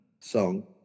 song